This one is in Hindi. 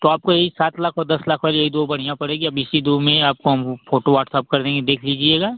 तो आपको यही सात लाख और दस लाख वाली यही दो बढ़ियाँ पड़ेगी अब इसी दो में आपको हम फोटो वाट्सअप कर देंगे देख लीजिएगा